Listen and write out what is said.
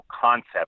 concept